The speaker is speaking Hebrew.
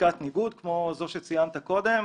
עסקת ניגוד, כמו שציינת קודם,